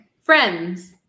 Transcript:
Friends